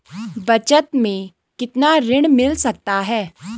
बचत मैं कितना ऋण मिल सकता है?